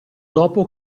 dopo